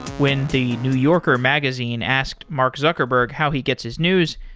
when the new yorker magazine asked mark zuckerberg how he gets his news.